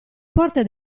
porte